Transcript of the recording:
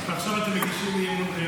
ועכשיו אתם מגישים אי-אמון?